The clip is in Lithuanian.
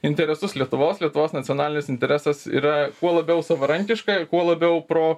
interesus lietuvos lietuvos nacionalinis interesas yra kuo labiau savarankiška ir kuo labiau pro